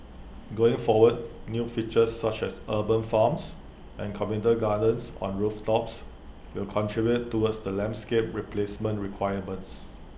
going forward new features such as urban farms and communal gardens on rooftops will contribute towards the landscape replacement requirements